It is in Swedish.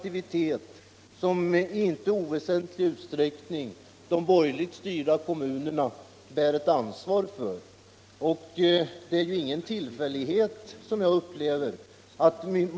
I inte oväsentlig utsträckning är det borgerligt styrda kommuner som har ansvaret för de besvärligheter som har uppkommit.